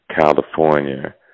California